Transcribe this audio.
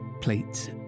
plates